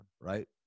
right